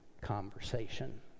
conversation